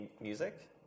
music